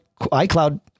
iCloud